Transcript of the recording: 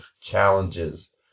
challenges